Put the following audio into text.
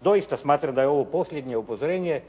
Doista smatram da je ovo posljednje upozorenje,